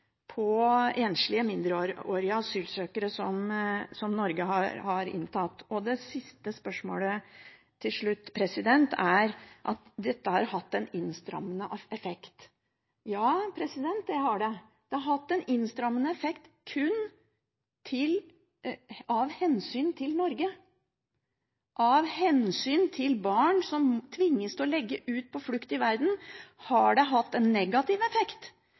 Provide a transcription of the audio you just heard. enslige mindreårige asylsøkere som Norge har. Til slutt til dette med at det har hatt en innstrammende effekt. Ja, det har det. Det har hatt en innstrammende effekt kun av hensyn til Norge. Av hensyn til barn som tvinges til å legge ut på flukt i verden, har det hatt en negativ effekt